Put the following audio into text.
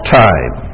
time